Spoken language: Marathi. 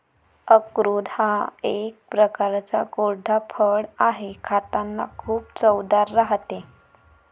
अक्रोड हा एक प्रकारचा कोरडा फळ आहे, खातांना खूप चवदार राहते